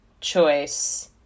choice